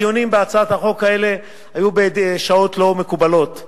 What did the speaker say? הדיונים בהצעת החוק הזאת היו בשעות לא מקובלות.